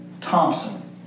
Thompson